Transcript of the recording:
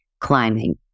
climbing